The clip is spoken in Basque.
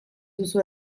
duzu